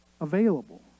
available